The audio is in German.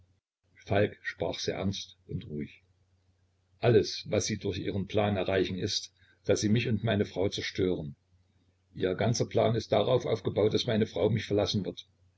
falk sprach sehr ernst und ruhig alles was sie durch ihren plan erreichen ist daß sie mich und meine frau zerstören ihr ganzer plan ist darauf aufgebaut daß meine frau mich verlassen wird